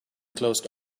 closed